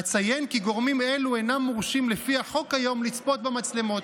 אציין כי גורמים אלו אינם מורשים לפי החוק כיום לצפות במצלמות.